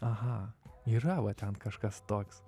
aha yra va ten kažkas toks